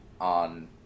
on